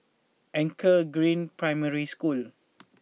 Anchor Green Primary School